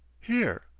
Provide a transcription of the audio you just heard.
here,